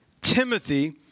Timothy